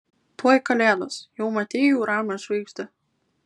tuoj kalėdos jau matei jų ramią žvaigždę